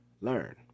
learn